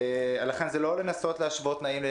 לכן, זה לא לנסות להשוות תנאים.